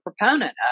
proponent